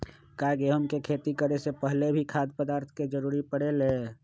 का गेहूं के खेती करे से पहले भी खाद्य पदार्थ के जरूरी परे ले?